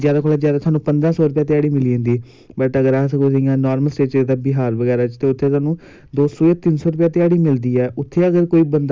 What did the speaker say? government बी अज कल बड़ियां स्कीमां देआ दी ऐ बैट बॉल्लें दियां मैच दी हर स्कूल च हर कालेज़ च मैच होंदे न गौरमैंट दी स्कीमां आंदियां न